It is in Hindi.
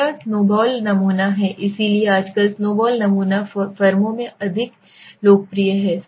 तीसरा स्नोबॉल नमूना है इसलिए आजकल स्नोबॉल नमूना फर्मों में बहुत लोकप्रिय है